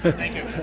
thank you.